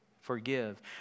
forgive